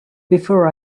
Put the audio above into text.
before